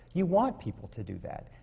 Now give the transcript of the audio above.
you want people to do that.